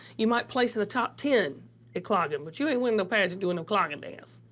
you might place in the top ten at clogging. but you ain't winning no pageant doing no clogging dance.